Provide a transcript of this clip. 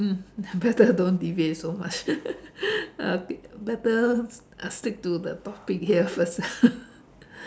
mm better don't deviate so much okay better stick to the topic here first